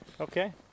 Okay